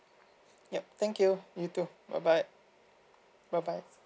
yup thank you you too bye bye bye bye